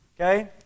okay